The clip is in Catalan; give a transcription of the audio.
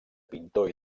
pintor